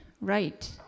Right